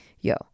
yo